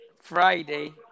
Friday